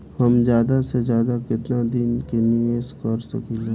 हम ज्यदा से ज्यदा केतना दिन के निवेश कर सकिला?